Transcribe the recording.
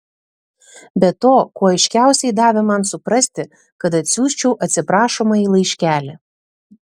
be to kuo aiškiausiai davė man suprasti kad atsiųsčiau atsiprašomąjį laiškelį